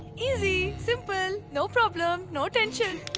easy. simple. no problem. no tension.